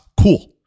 cool